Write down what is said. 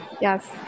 yes